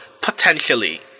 potentially